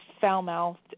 foul-mouthed